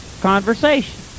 conversation